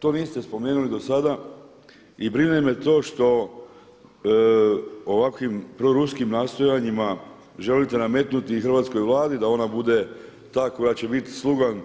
To niste spomenuli do sada i brine me to što ovakvim proruskim nastojanjima želite nametnuti i hrvatskoj Vladi da ona bude ta koja će bit slugan